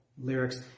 lyrics